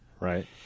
Right